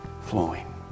flowing